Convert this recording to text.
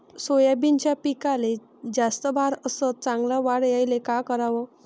सोयाबीनच्या पिकाले जास्त बार अस चांगल्या वाढ यायले का कराव?